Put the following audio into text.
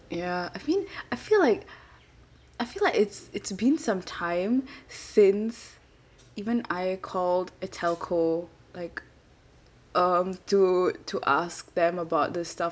ya I mean I feel like I feel like it's it's been some time since even I called a telco like um to to ask them about the stuff